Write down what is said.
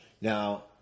Now